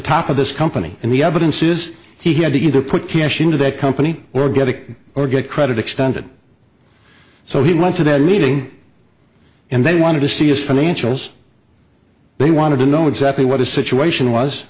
top of this company and the evidence is he had to either put cash into that company or get it or get credit extended so he went to that meeting and they wanted to see as financials they wanted to know exactly what the situation was